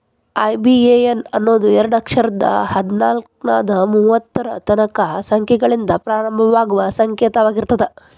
IBAN ಅನ್ನೋದು ಎರಡ ಅಕ್ಷರದ್ ಹದ್ನಾಲ್ಕ್ರಿಂದಾ ಮೂವತ್ತರ ತನಕಾ ಸಂಖ್ಯೆಗಳಿಂದ ಪ್ರಾರಂಭವಾಗುವ ಸಂಕೇತವಾಗಿರ್ತದ